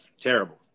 terrible